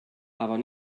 aber